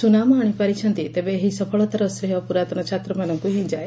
ସୁନାମ ଆଣିପାରିଛନ୍ତି ତେବେ ଏହି ସଫଳତାର ଶ୍ରେୟ ପୁରାତନ ଛାତ୍ରମାନଙ୍କୁ ହି ଯାଏ